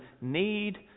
need